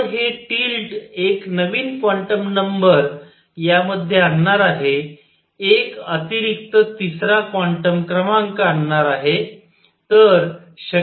तर हे टिल्ट एक नवीन क्वांटम नंबर यामध्ये आणणार आहे एक अतिरिक्त तिसरा क्वांटम क्रमांक आणणार आहे